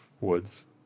woods